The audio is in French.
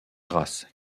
race